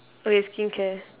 okay skincare